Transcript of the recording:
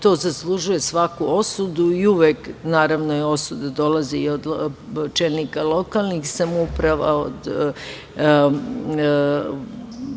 to zaslužuje svaku osudu. Naravno, osude dolaze i od čelnika lokalnih samouprava, od